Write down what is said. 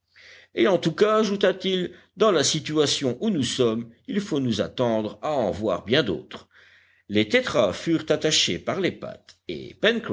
et en tout cas ajouta-t-il dans la situation où nous sommes il faut nous attendre à en voir bien d'autres les tétras furent attachés par les pattes et